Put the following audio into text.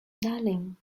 darling